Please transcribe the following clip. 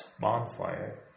bonfire